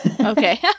Okay